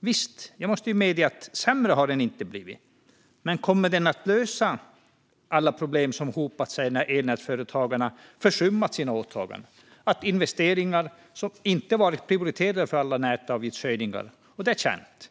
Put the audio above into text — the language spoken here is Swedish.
Visst måste jag medge att den inte har blivit sämre, men kommer den att lösa alla problem som hopat sig när elnätsägarna försummat sina åtaganden? Att investeringar inte har varit prioriterade, med alla nätavgiftshöjningar, är känt.